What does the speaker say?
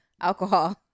alcohol